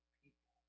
people